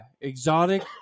exotic